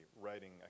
Writing